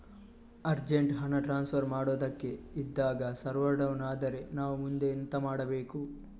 Urgent ಹಣ transfer ಮಾಡೋದಕ್ಕೆ ಇದ್ದಾಗ ಸರ್ವರ್ ಡೌನ್ ಆದರೆ ನಾವು ಮುಂದೆ ಎಂತ ಮಾಡಬೇಕು?